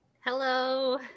Hello